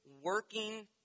working